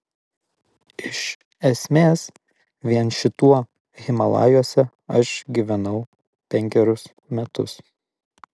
iš esmės vien šituo himalajuose aš gyvenau penkerius metus